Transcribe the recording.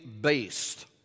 based